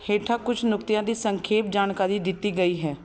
ਹੇਠਾਂ ਕੁਛ ਨੁਕਤਿਆਂ ਦੀ ਸੰਖੇਪ ਜਾਣਕਾਰੀ ਦਿੱਤੀ ਗਈ ਹੈ